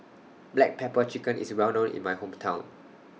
Black Pepper Chicken IS Well known in My Hometown